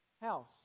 house